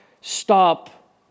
stop